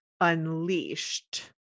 unleashed